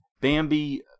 Bambi